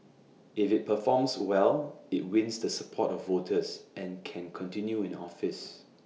if IT performs well IT wins the support of voters and can continue in office